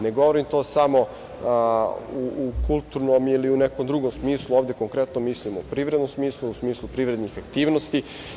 Ne govorim to samo u kulturnom ili u nekom drugom smislu, ovde konkretno mislim o privrednom smislu, u smislu privrednih aktivnosti.